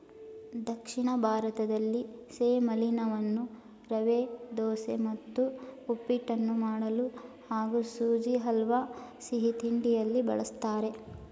ದಕ್ಷಿಣ ಭಾರತದಲ್ಲಿ ಸೆಮಲೀನವನ್ನು ರವೆದೋಸೆ ಮತ್ತು ಉಪ್ಪಿಟ್ಟನ್ನು ಮಾಡಲು ಹಾಗೂ ಸುಜಿ ಹಲ್ವಾ ಸಿಹಿತಿಂಡಿಯಲ್ಲಿ ಬಳಸ್ತಾರೆ